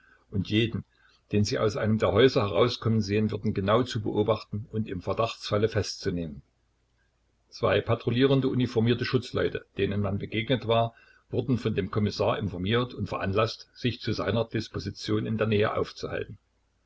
und jeden den sie aus einem der häuser herauskommen sehen würden genau zu beobachten und im verdachtsfalle festzunehmen zwei patrouillierende uniformierte schutzleute denen man begegnet war wurden von dem kommissar informiert und veranlaßt sich zu seiner disposition in der nähe aufzuhalten